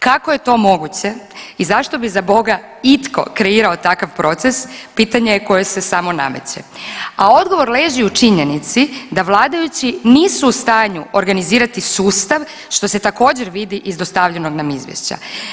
Kako je to moguće i zašto bi, zaboga, itko kreirao takav proces, pitanje je koje se samo nameće, a odgovor leži u činjenici da vladajući nisu u stanju organizirati sustav, što se također, vidi iz dostavljenog nam Izvješća.